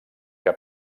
que